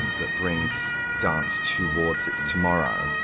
that brings dance towards its tomorrow.